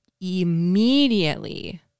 immediately